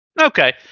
Okay